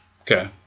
Okay